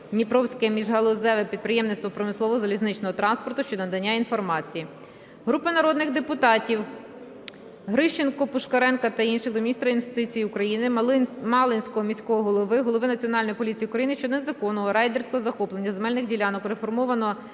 "Київ-Дніпровське міжгалузеве підприємство промислового залізничного транспорту" щодо надання інформації. Групи народних депутатів (Грищенко, Пушкаренка та інших.) до міністра юстиції України, Малинського міського голови, Голови Національної поліції України щодо незаконного (рейдерського) захоплення земельних ділянок реформованого